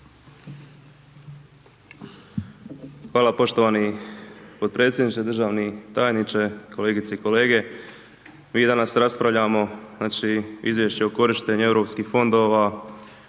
Hvala poštovani potpredsjedniče, državni tajniče, kolegice i kolege. Mi danas raspravljamo znači Izvješće o korištenju europskih fondova